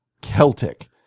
Celtic